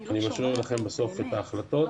אני משאיר לכם בסוף את ההחלטות.